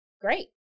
great